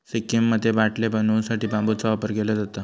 सिक्कीममध्ये बाटले बनवू साठी बांबूचा वापर केलो जाता